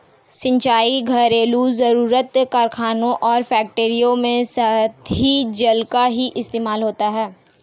सिंचाई, घरेलु जरुरत, कारखानों और फैक्ट्रियों में सतही जल का ही इस्तेमाल होता है